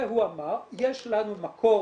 והוא אמר "יש לנו מקור